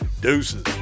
deuces